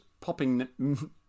popping